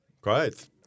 Great